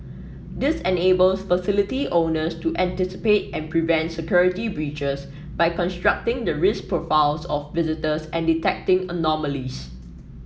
this enables facility owners to anticipate and prevent security breaches by constructing the risk profiles of visitors and detecting anomalies